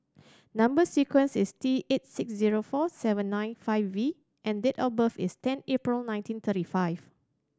number sequence is T eight six zero four seven nine five V and date of birth is ten April nineteen thirty five